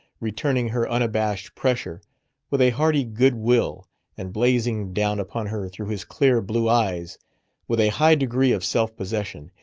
returning her unabashed pressure with a hearty good will and blazing down upon her through his clear blue eyes with a high degree of self-possession,